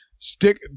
Stick